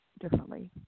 differently